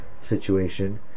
situation